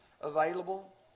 available